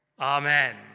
Amen